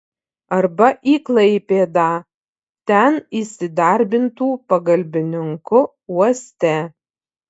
arba į klaipėdą ten įsidarbintų pagalbininku uoste